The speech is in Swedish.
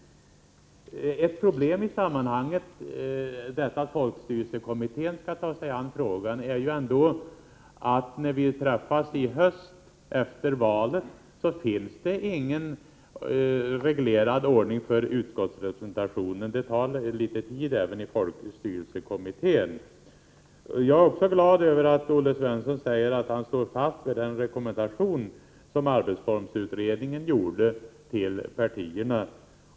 Ett problem i samband med att folkstyrelsekommittén skall ta sig an frågan är ändå att när vi träffas i höst efter valet finns det ingen reglerad ordning för utskottsrepresentationen. Det tar litet tid även i folkstyrelsekommittén. Jag är också glad över att Olle Svensson säger att han står fast vid den rekommendation som arbetsformsutredningen gjorde till partierna.